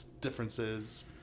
differences